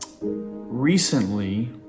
Recently